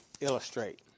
illustrate